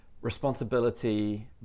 responsibility